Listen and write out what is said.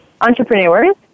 entrepreneurs